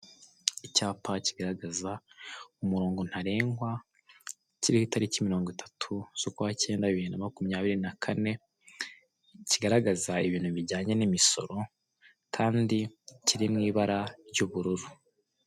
Icyapa kigaragaza umurongo ntarengwa kiriho itariki mirongo itatu z'ukwacyenda bibiri na makumyabiri na kane kigaragaza ibintu bijyanye n'imisoro kandi kiri mwibara ry'ubururu.